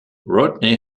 rodney